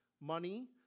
Money